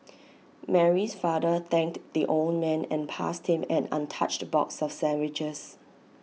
Mary's father thanked the old man and passed him an untouched box of sandwiches